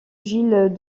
gilles